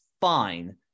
fine